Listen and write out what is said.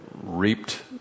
reaped